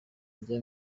rya